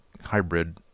hybrid